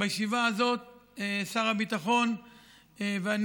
בישיבה הזאת שר הביטחון ואני,